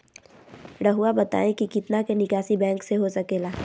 रहुआ बताइं कि कितना के निकासी बैंक से हो सके ला?